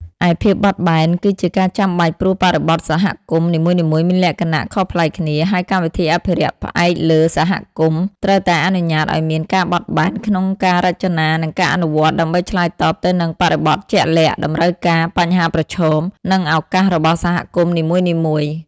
ឯភាពបត់បែន គឺជាការចាំបាច់ ព្រោះបរិបទសហគមន៍នីមួយៗមានលក្ខណៈខុសប្លែកគ្នា ហើយកម្មវិធីអភិរក្សផ្អែកលើសហគមន៍ ត្រូវតែអនុញ្ញាតឱ្យមាន ការបត់បែន ក្នុងការរចនា និងការអនុវត្ត ដើម្បីឆ្លើយតបទៅនឹងបរិបទជាក់លាក់ តម្រូវការ បញ្ហាប្រឈម និងឱកាសរបស់សហគមន៍នីមួយៗ។